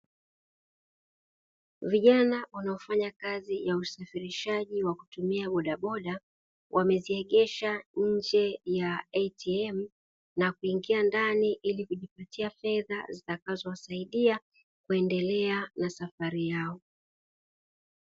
Vijana wanaofanya kazi ya usafirishaji wa kutumia bodaboda wameziegesha nje ya "ATM", na kuingia ndani ili kujipatia fedha zitakazowasaidia kuendelea na safari yao.